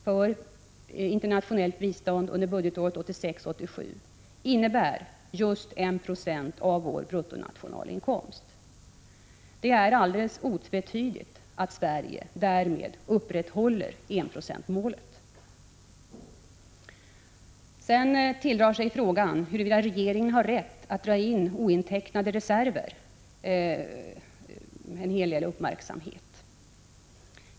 för internationellt bistånd under budgetåret 1986/87 innebär just 1 26 av vår bruttonationalinkomst. Det är alldeles otvetydigt att Sverige därmed upprätthåller enprocentsmålet. Frågan huruvida regeringen har rätt att dra in ointecknade reservationer tilldrar sig en hel del uppmärksamhet.